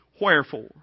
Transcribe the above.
Wherefore